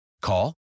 Call